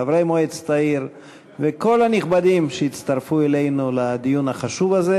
לחברי מועצת העיר ולכל הנכבדים שהצטרפו אלינו לדיון החשוב הזה.